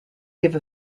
give